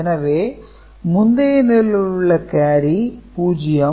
எனவே முந்தைய நிலையில் உள்ள கேரி 0